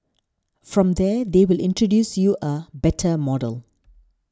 from there they will introduce you a 'better' model